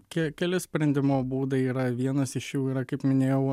ke keli sprendimo būdai yra vienas iš jų yra kaip minėjau